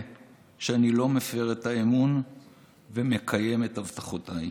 שאני לא מפר את האמון ומקיים את הבטחותיי.